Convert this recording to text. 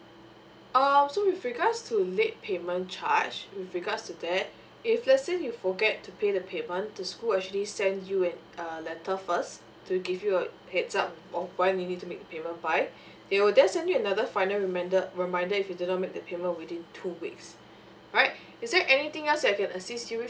um so with regards to late payment charge with regards to that if let's say you forget to pay the payment the school will actually send you an uh letter first to give you a heads up of when you need to make the payment by they will then send you another final remainder reminder if you did not make the payment within two weeks right is there anything else that I can assist you with